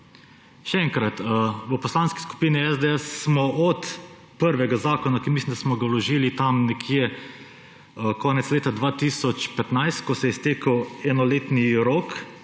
Še enkrat, v Poslanski skupini SDS smo od prvega zakona, ki mislim, da smo ga vložili tam nekje konec leta 2015, ko se je iztekel enoletni rok,